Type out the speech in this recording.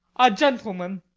a gentleman.